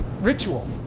ritual